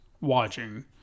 watching